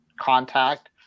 contact